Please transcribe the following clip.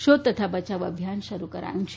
શોધ તથા બચાવ અભિયાન શરૂ કરાયું છે